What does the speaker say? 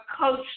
coach